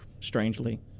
strangely